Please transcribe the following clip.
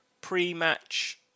pre-match